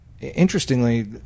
interestingly